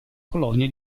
colonia